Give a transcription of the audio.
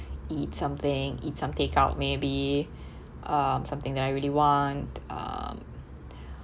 eat something eat some take out maybe uh something that I really want um